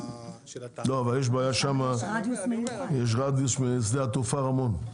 לא אבל שמה יש רדיוס משדה התעופה רמון.